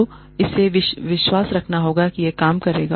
दो उसे विश्वास रखना होगा कि यह काम करेगा